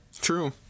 True